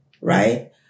right